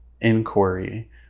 inquiry